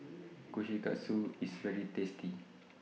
Kushikatsu IS very tasty